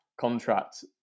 contract